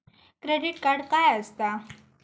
Credit card काय असता?